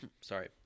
sorry